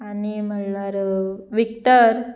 आनी म्हणल्यार विक्टर